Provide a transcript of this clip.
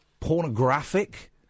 pornographic